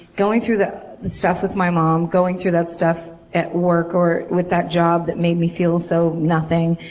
going through the stuff with my mom, going through that stuff at work or with that job that made me feel so, nothing.